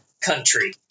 country